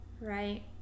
Right